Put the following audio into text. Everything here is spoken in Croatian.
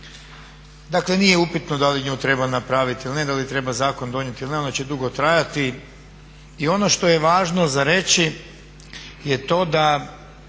Dakle nije upitno da li nju treba napraviti ili ne, da li treba zakon donijeti ili ne, ona će dugo trajati. I ono što je važno za reći je to da